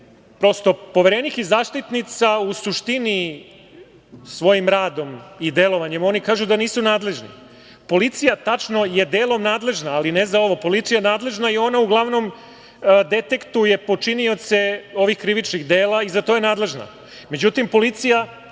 Prosto, Poverenik i Zaštitnik u suštini svojim radom i delovanjem, oni kažu da nisu nadležni, policija je, tačno, delom nadležna, ali ne za ovo, policija je nadležna i ona uglavnom detektuje počinioce ovih krivičnih dela i za to je nadležna. Međutim, policija